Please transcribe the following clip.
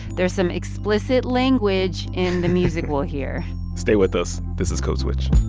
there's some explicit language in the music we'll hear stay with us. this is code switch